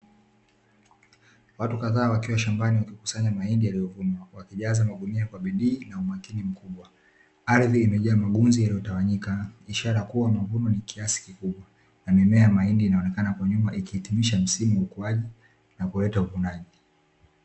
Watu kadhaa wakiwa shambani wakikusanya mahindi yaliyovunwa, wakijaza magunia kwa bidii na umakini mkubwa. Ardhi imejaa magunzi yaliyotawanyika, ishara ya kuwa mavuno ni kiasi kikubwa, na mimea ya mahindi inaonekana kwa nyuma ikihitimisha msimu wa ukuaji na kuleta uvunaji.